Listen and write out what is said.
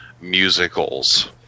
musicals